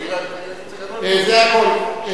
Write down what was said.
זה הכול.